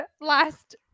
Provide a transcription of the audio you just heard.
last